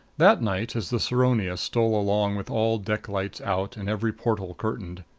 that night as the saronia stole along with all deck lights out and every porthole curtained,